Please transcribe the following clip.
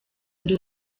ndi